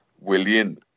William